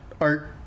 art